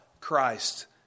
Christ